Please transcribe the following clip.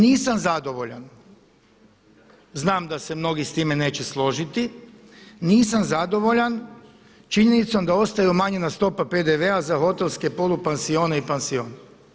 Nisam zadovoljan, znam da se mnogi s time neće složiti, nisam zadovoljan činjenicom da ostaje umanjena stopa PDV-a za hotelske polupansione i pansione.